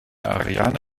ariane